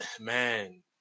Man